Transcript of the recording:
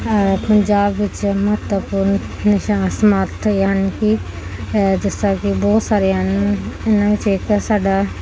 ਪੰਜਾਬ ਦੇ ਵਿੱਚ ਮਹੱਤਵਪੂਰਨ ਨਿਸ਼ਾਨ ਸਮਾਰਕ ਯਾਨੀ ਕਿ ਹੈੈ ਜਿਸ ਤਰ੍ਹਾਂ ਕਿ ਬਹੁਤ ਸਾਰੇ ਹਨ ਇਹਨਾਂ ਵਿੱਚੋਂ ਇੱਕ ਸਾਡਾ